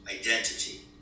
identity